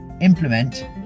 implement